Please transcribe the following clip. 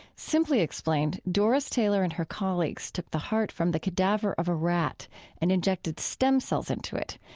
simply explained, doris taylor and her colleagues took the heart from the cadaver of a rat and injected stem cells into it.